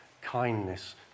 kindness